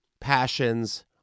Passions